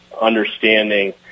understanding